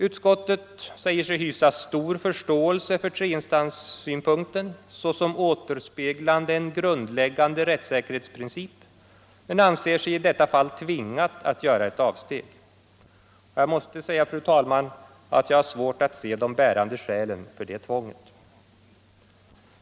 Utskottet säger sig hysa stor förståelse för treinstanssynpunkten såsom återspeglande en grundläggande rättssäkerhetsprincip men anser sig i detta fall tvingat att göra ett avsteg. Jag måste säga, fru talman, att jag har svårt att se de bärande skälen för det tvånget.